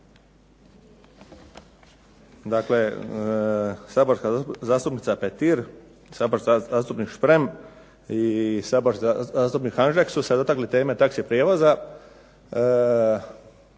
Dakle, saborska zastupnica Petir, saborski zastupnik Šprem i saborski zastupnik Hanžek su se dotakli teme taxi prijevoza.